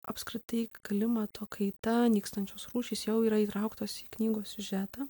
apskritai klimato kaita nykstančios rūšys jau yra įtrauktos į knygos siužetą